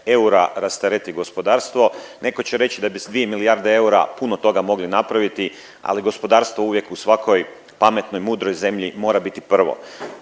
eura rastereti gospodarstvo. Neko će reći da bi s 2 milijarde eura puno toga mogli napraviti, ali gospodarstvo uvijek u svakoj pametnoj, mudroj zemlji mora biti prvo.